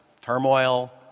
turmoil